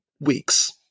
weeks